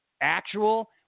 actual